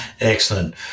Excellent